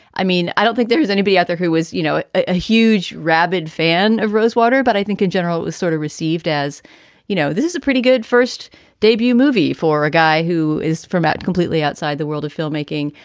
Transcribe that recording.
i mean, i don't think there's anybody out there who was, you know, a huge, rabid fan of rosewater. but i think in general sort of received as you know, this is a pretty good first debut movie for a guy who is from out completely outside the world of filmmaking.